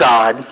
God